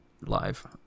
live